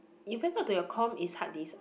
you back up to your comp is hard disk ah